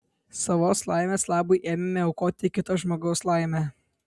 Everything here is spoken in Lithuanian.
savos laimės labui ėmėme aukoti kito žmogaus laimę